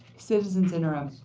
citizen interim.